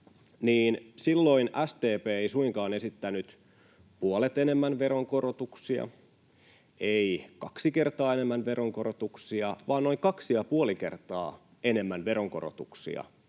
niin silloin SDP ei suinkaan esittänyt puolet enemmän veronkorotuksia, ei kaksi kertaa enemmän veronkorotuksia, vaan noin kaksi ja puoli kertaa enemmän veronkorotuksia